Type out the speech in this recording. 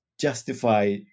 justify